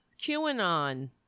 QAnon